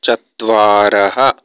चत्वारः